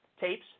tapes